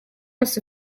yose